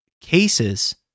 cases